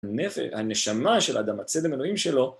הנפש, הנשמה של האדם, הצלם אלוהים שלו